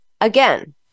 again